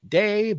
day